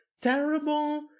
terrible